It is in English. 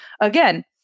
Again